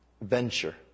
venture